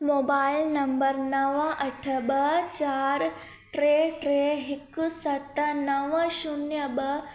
mobile number नव अठ ॿ चारि टे टे हिकु सत नव शून्य ॿ